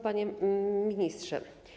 Panie Ministrze!